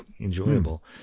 enjoyable